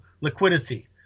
liquidity